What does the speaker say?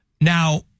Now